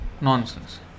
nonsense